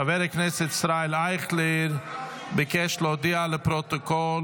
חבר הכנסת ישראל אייכלר ביקש להודיע לפרוטוקול